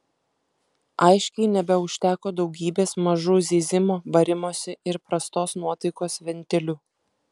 aiškiai nebeužteko daugybės mažų zyzimo barimosi ir prastos nuotaikos ventilių